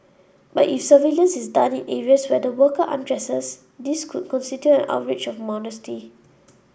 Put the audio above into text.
but if surveillance is done in areas where the worker undresses this could constitute an outrage of modesty